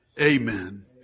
Amen